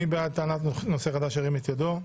מי בעד טענת נושא חדש שירים את ידו?